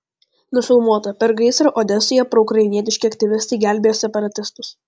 nufilmuota per gaisrą odesoje proukrainietiški aktyvistai gelbėjo separatistus